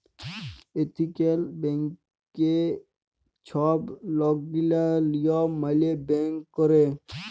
ethical ব্যাংকিংয়ে ছব লকগিলা লিয়ম মালে ব্যাংক ক্যরে